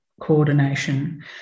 coordination